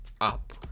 up